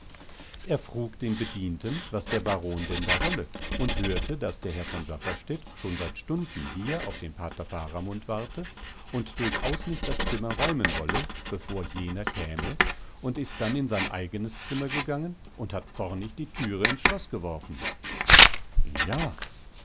er frug den bedienten was der baron denn da wolle und hörte daß herr von safferstätt schon seit stunden hier auf den pater faramund warte und durchaus nicht das zimmer räumen wolle bevor jener käme und ist dann in sein eigenes zimmer gegangen und hat zornig die türe ins schloß geworfen ja